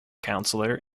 councillor